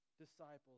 disciples